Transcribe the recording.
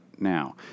now